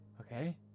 Okay